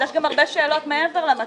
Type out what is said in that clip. אז יש גם הרבה שאלות מעבר למטוס,